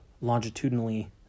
longitudinally